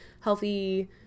healthy